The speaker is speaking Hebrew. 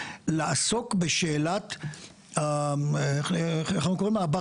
לעסוק בשאלת "הברחנים".